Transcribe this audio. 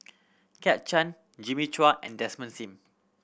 Kit Chan Jimmy Chua and Desmond Sim